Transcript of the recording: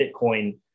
Bitcoin